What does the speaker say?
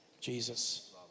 Jesus